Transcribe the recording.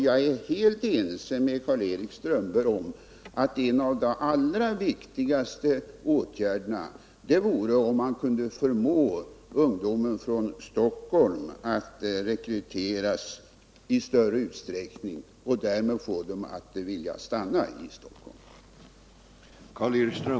Jag är helt ense med Karl-Erik Strömberg om att en av de allra viktigaste åtgärderna vore om man kunde förmå ungdomen från Stockholm att i större utsträckning rekryteras och därmed vilja stanna i Stockholm.